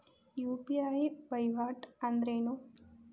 UPI ವಹಿವಾಟ್ ಅಂದ್ರೇನು?